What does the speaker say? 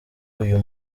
uyu